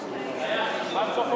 היה הכי טוב.